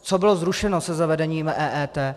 Co bylo zrušeno se zavedením EET?